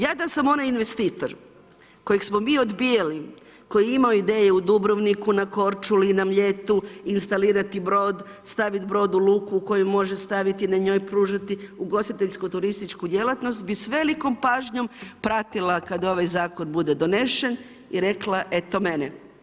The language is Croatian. Ja da sam onaj investitor kojeg smo mi odbijali, koji je imao ideje u Dubrovniku, na Korčuli, na Mljetu instalirati brod, staviti brod u luku u kojoj može staviti na njoj pružati ugostiteljsku-turističku djelatnost bi s velikom pažnjom pratila kad ovaj zakon bude donesen i rekla eto mene.